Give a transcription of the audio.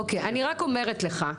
אוקיי, אני רק אומרת לך.